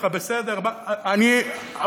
אני מתחנן אליך, בסדר?